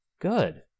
good